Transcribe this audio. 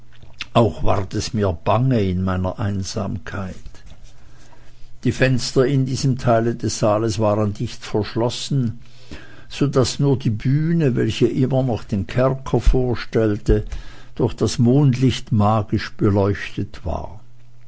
auch ward es mir bange in meiner einsamkeit die fenster in diesem teile des saales waren dicht verschlossen so daß nur die bühne welche immer noch den kerker vorstellte durch das mondlicht magisch beleuchtet war